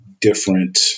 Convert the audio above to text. different